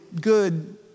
good